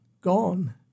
gone